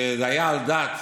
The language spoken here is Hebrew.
וזה היה על דעת